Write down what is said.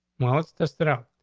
well, that's just it out.